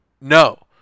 No